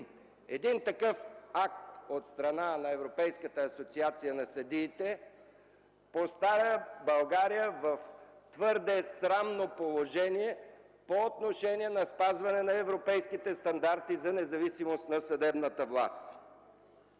Един такъв акт от страна на Европейската асоциация на съдиите поставя България в твърде срамно положение по отношение на спазване на европейските стандарти за независимост на съдебната власт.